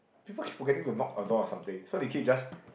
people keep forgetting to knock the door or something so they keep just